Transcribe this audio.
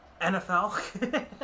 NFL